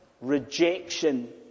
rejection